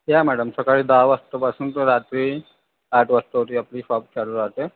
या मॅडम सकाळी दहा वाजल्यापासून तर रात्री आठ वाजेपर्यंत ही आपली शॉप चालू राहते